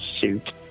suit